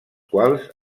quals